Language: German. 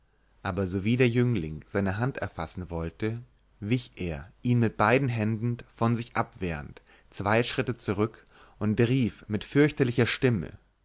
aber sowie der jüngling seine hand erfassen wollte wich er ihn mit beiden händen von sich abwehrend zwei schritte zurück und rief mit fürchterlicher stimme